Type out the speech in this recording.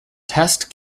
test